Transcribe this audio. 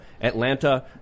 atlanta